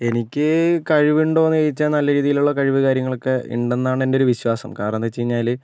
എനിക്ക് കഴിവുണ്ടോന്ന് ചോദിച്ചാൽ നല്ല രീതിയിലുള്ള കഴിവ് കാര്യങ്ങളൊക്കെ ഉണ്ടെന്നാണ് എന്റെ ഒരു വിശ്വാസം കാരണമെന്തെന്ന് വച്ചാല്